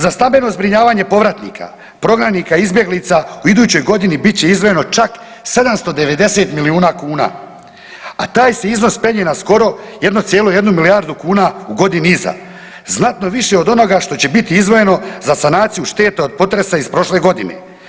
Za stabilno zbrinjavanje povratnika, prognanika i izbjeglica u idućoj godini bit će izdvojeno čak 790 milijuna kuna, a taj se iznos penje na skoro 1,1 milijardu kuna u godini iza, znatno više od onoga što će biti izdvojeno za sanaciju šteta od potresa iz prošle godine.